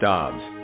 Dobbs